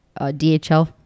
DHL